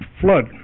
flood